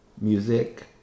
music